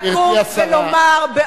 עכשיו שיניתם את דעתכם.